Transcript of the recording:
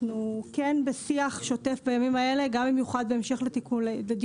אנחנו בשיח אנחנו שוטף בימים האלה גם בהמשך לדיונים